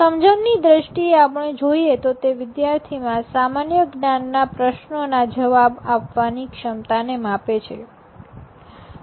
સમજણ ની દ્રષ્ટિએ આપણે જોઈએ તો તે વિદ્યાર્થીમાં સામાન્યજ્ઞાનના પ્રશ્નો ના જવાબ આપવાની ક્ષમતાને માપે છે